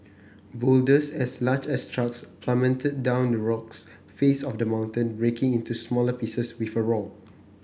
boulders as large as trucks plummeted down the rocks face of the mountain breaking into smaller pieces with a roar